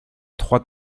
trois